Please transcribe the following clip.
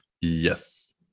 Yes